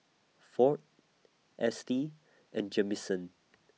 Ford Estie and Jamison